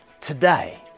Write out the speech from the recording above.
today